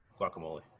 Guacamole